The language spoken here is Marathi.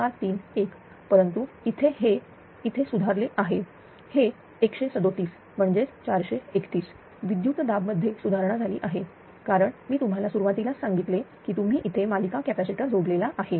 95431 परंतु इथे हे इथे सुधारले आहे हे137 म्हणजेच 431 विद्युत दाब मध्ये सुधारणा झाली आहे कारण मी तुम्हाला सुरुवातीलाच सांगितले की तुम्ही इथे मालिका कॅपॅसिटर जोडलेला आहे